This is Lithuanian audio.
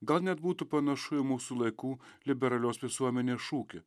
gal net būtų panašu į mūsų laikų liberalios visuomenės šūkį